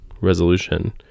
resolution